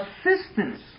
assistance